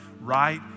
right